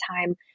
time